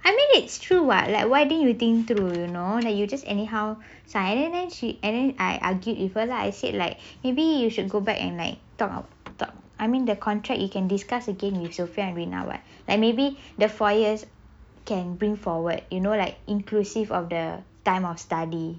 I mean it's true [what] like why don't you think through you know you just anyhow sign and then she I I argued with her lah I said like maybe you should go back and they talk talk I mean the contract you can discuss again with sufian and rina [what] like maybe the four years can bring forward you know like inclusive of the time of study